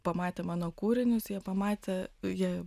pamatė mano kūrinius jie pamatė jie